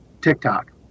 TikTok